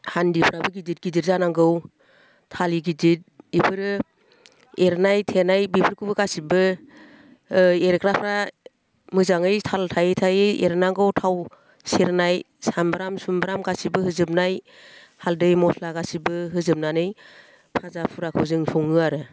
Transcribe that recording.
हान्दिफ्राबो गिदिर गिदिर जानांगौ थालि गिदिर इफोरो एरनाय थेरनाय बेफोरखौबो गासैबो एरग्राफ्रा मोजाङै थाल थायै थायै एरनांगौ थाव सेरनाय सामब्राम सुमब्राम गासैबो होजोबनाय हालदै मस्ला गासैबो होजोबनानै भाजा फुराखौ जों सङो आरो